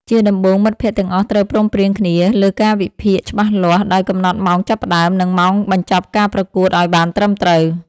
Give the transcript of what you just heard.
ជាដំបូង មិត្តភក្តិទាំងអស់ត្រូវព្រមព្រៀងគ្នាលើកាលវិភាគច្បាស់លាស់ ដោយកំណត់ម៉ោងចាប់ផ្ដើម និងម៉ោងបញ្ចប់ការប្រកួតឱ្យបានត្រឹមត្រូវ។